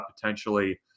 potentially